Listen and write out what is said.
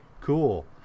cool